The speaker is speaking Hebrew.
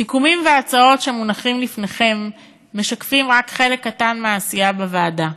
הסיכומים וההצעות שמונחים לפניכם משקפים רק חלק קטן מהעשייה בוועדה,